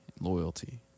loyalty